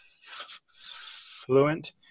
fluent